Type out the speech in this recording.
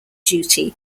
duty